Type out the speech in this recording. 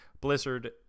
Blizzard